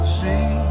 see